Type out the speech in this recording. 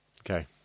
okay